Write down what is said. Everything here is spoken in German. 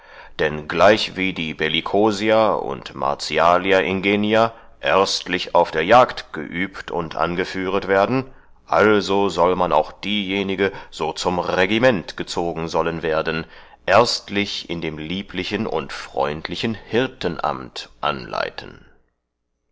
dann gleichwie die bellicosa und martialia ingenia erstlich auf der jagt geübt und angeführet werden also soll man auch diejenige so zum regiment gezogen sollen werden erstlich in dem lieblichen und freundlichen hirtenamt anleiten